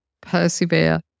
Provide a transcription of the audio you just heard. Persevere